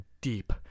deep